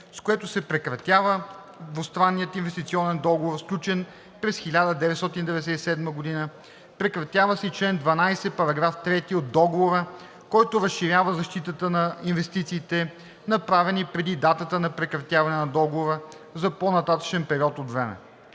с което се прекратява Двустранният инвестиционен договор, сключен през 1997 г.; прекратява се и чл. 12, параграф 3 от Договора, който разширява защитата на инвестициите, направени преди датата на прекратяване на договора, за по-нататъшен период от време.